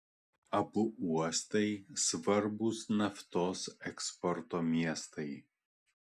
abu uostai svarbūs naftos eksporto miestai